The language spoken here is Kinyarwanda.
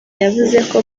yavuze